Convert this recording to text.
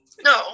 No